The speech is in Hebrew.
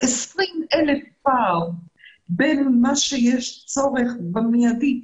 20 אלף פעם בין מה שיש צורך במידי.